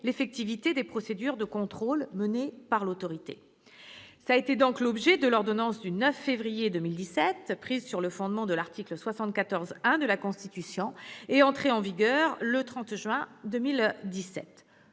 l'effectivité des procédures de contrôle menées par elle. C'est l'objet de l'ordonnance du 9 février 2017, prise sur le fondement de l'article 74-1 de la Constitution, et entrée en vigueur le 30 juin 2017.